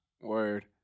Word